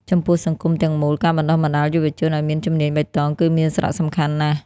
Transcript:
ចំពោះសង្គមទាំងមូល ការបណ្ដុះបណ្ដាលយុវជនឱ្យមានជំនាញបៃតងគឺមានសារៈសំខាន់ណាស់។